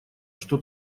что